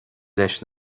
leis